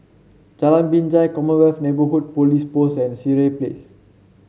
Jalan Binjai Commonwealth Neighbourhood Police Post and Sireh Place